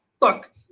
look